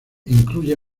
incluye